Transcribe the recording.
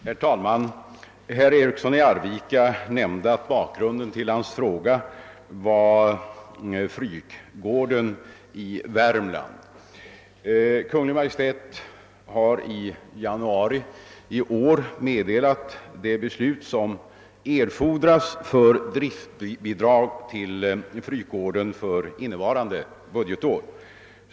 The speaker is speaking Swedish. Herr talman! Herr Eriksson i Arvika nämnde att bakgrunden till hans fråga är den ekonomiska krisen för Frykgården i Värmland. Jag vill därför framhålla att Kungl. Maj:t i januari i år meddelat det beslut som erfordras för driftbidrag till Frykgården för innevarande budgetår.